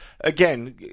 again